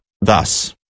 thus